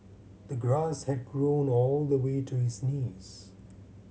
the grass had grown all the way to his knees